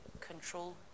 Control